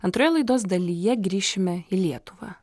antroje laidos dalyje grįšime į lietuvą